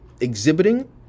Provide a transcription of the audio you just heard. exhibiting